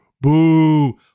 boo